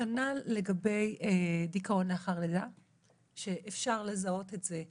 כנ"ל לגבי דיכאון לאחר לידה שאפשר לזהות את זה,